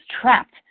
trapped